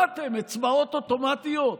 מה אתם, אצבעות אוטומטיות?